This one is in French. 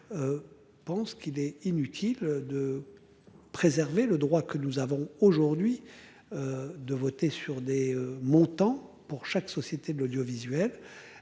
Pensent qu'il est inutile de. Préserver le droit que nous avons aujourd'hui. De voter sur des montants pour chaque société de l'audiovisuel